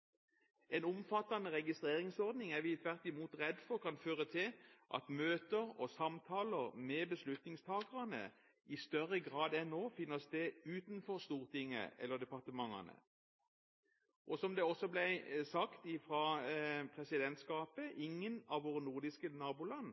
er tvert imot redd for at en omfattende registreringsordning kan føre til at møter og samtaler med beslutningstakerne i større grad enn nå vil finne sted utenfor Stortinget eller departementene. Som det også ble sagt fra presidentskapet, har ingen av våre nordiske naboland